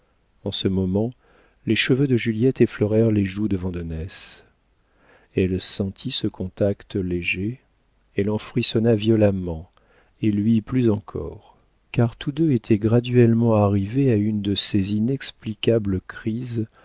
en ce moment les cheveux de juliette effleurèrent les joues de vandenesse elle sentit ce contact léger elle en frissonna violemment et lui plus encore car tous deux étaient graduellement arrivés à une de ces inexplicables crises